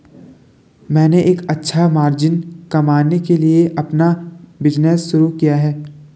मैंने एक अच्छा मार्जिन कमाने के लिए अपना बिज़नेस शुरू किया है